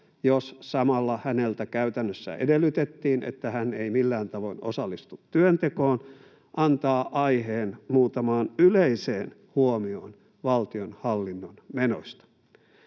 jos samalla häneltä käytännössä edellytettiin, että hän ei millään tavoin osallistu työntekoon, antaa aiheen muutamaan yleiseen huomioon valtionhallinnon menoista.